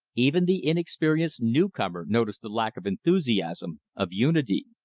even the inexperienced newcomer noticed the lack of enthusiasm, of unity.